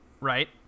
right